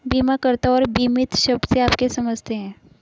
बीमाकर्ता और बीमित शब्द से आप क्या समझते हैं?